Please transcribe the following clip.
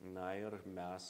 na ir mes